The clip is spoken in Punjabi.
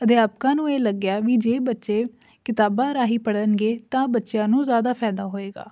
ਅਧਿਆਪਕਾਂ ਨੂੰ ਇਹ ਲੱਗਿਆ ਵੀ ਜੇ ਬੱਚੇ ਕਿਤਾਬਾਂ ਰਾਹੀਂ ਪੜ੍ਹਨਗੇ ਤਾਂ ਬੱਚਿਆਂ ਨੂੰ ਜ਼ਿਆਦਾ ਫਾਇਦਾ ਹੋਏਗਾ